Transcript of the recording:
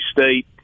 State